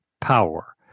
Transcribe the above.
power